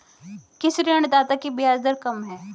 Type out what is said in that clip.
किस ऋणदाता की ब्याज दर कम है?